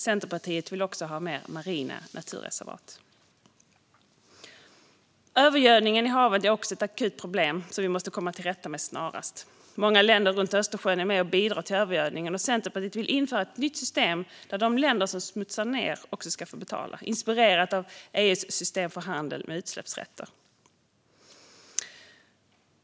Centerpartiet vill även ha fler marina naturreservat. Övergödningen i haven är också ett akut problem som vi måste komma till rätta med snarast. Många länder runt Östersjön är med och bidrar till övergödningen. Centerpartiet vill införa ett nytt system där de länder som smutsar ned också ska få betala, inspirerat av EU:s system för handel med utsläppsrätter.